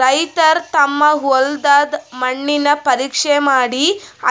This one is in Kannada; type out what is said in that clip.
ರೈತರ್ ತಮ್ ಹೊಲದ್ದ್ ಮಣ್ಣಿನ್ ಪರೀಕ್ಷೆ ಮಾಡಿ